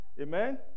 amen